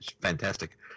fantastic